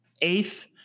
eighth